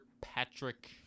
Patrick